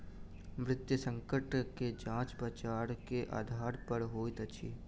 वित्तीय संकट के जांच बजार के आधार पर होइत अछि